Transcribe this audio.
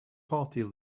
party